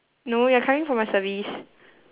no you're coming for my service